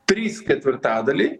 trys ketvirtadaliai